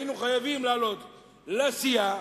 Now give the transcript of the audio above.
היינו חייבים לעלות לסיעה,